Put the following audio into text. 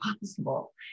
possible